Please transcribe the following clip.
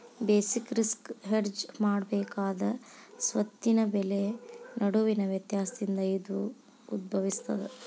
basic risk hedge ಮಾಡಬೇಕಾದ ಸ್ವತ್ತಿನ ಬೆಲೆ ನಡುವಿನ ವ್ಯತ್ಯಾಸದಿಂದ ಇದು ಉದ್ಭವಿಸ್ತದ